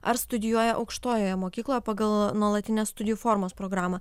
ar studijuoja aukštojoje mokykloje pagal nuolatinės studijų formos programą